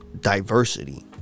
diversity